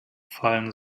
fallen